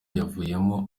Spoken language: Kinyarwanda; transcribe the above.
yavuyemo